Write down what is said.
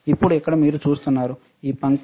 ఇప్పుడు ఇక్కడ మీరు చూస్తున్నారు ఈ పంక్తి